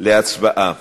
להצבעה